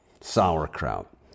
sauerkraut